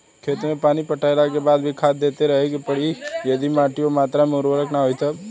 खेत मे पानी पटैला के बाद भी खाद देते रहे के पड़ी यदि माटी ओ मात्रा मे उर्वरक ना होई तब?